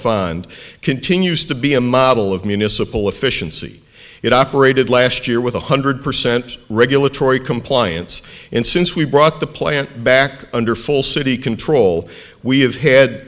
fund continues to be a model of municipal efficiency it operated last year with one hundred percent regulatory compliance and since we brought the plant back under full city control we have had